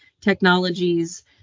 technologies